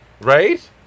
Right